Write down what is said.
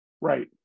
Right